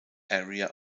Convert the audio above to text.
area